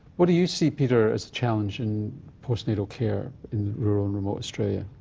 what do you see, peter, as the challenge in postnatal care in rural and remote australia?